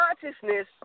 Consciousness